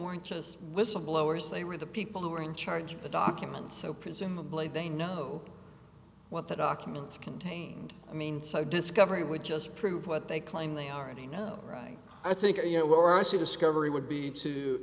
weren't just whistleblowers they were the people who were in charge of the documents so presumably they know what the documents contained i mean so discovery would just prove what they claim they already know right i think you know where i see discovery would be too